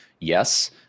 Yes